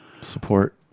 support